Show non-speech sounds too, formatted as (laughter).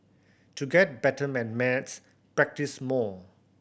to get better (unintelligible) maths practise more